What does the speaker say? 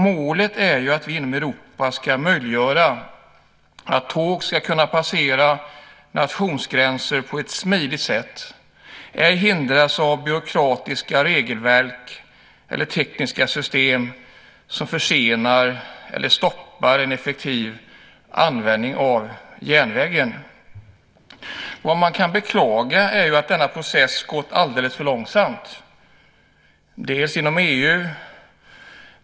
Målet är att inom Europa möjliggöra att tåg ska kunna passera nationsgränser på ett smidigt sätt, ej hindras av byråkratiska regelverk eller tekniska system som försenar eller stoppar en effektiv användning av järnvägen. Vad man kan beklaga är att denna process har gått alldeles för långsamt bland annat inom EU.